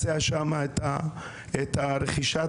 בגלל שהוא חולש על 43 אחוזים משטח המדינה וקיים בו מרחב משטרתי אחד,